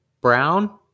brown